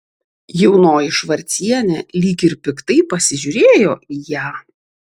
jaunoji švarcienė lyg ir piktai pasižiūrėjo į ją